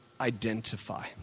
identify